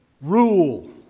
rule